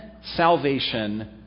salvation